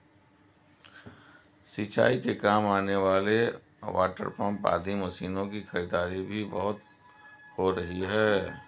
सिंचाई के काम आने वाले वाटरपम्प आदि मशीनों की खरीदारी भी बहुत हो रही है